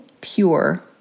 pure